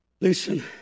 Listen